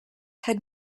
had